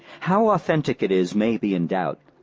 how authentic it is may be in doubt,